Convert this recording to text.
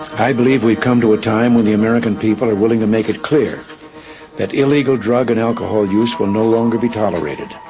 i believe we've come to a time when the american people are willing to make it clear that illegal drug and alcohol use will no longer be tolerated.